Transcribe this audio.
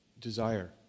desire